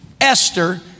Esther